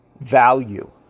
value